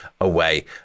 away